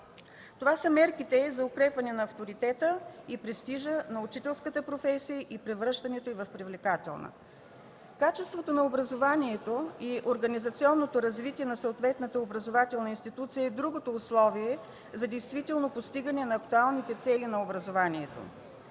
Това са мерките за укрепване на авторитета и престижа на учителската професия и превръщането й в привлекателна. Качеството на образованието и организационното развитие на съответната образователна институция е другото условие за действително постигане на актуалните цели на образованието.